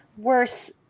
worse